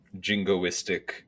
jingoistic